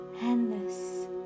endless